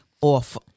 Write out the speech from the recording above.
off